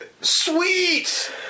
Sweet